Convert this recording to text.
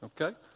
Okay